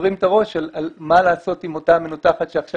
שוברים את הראש על מה לעשות עם אותה מנותחת שעכשיו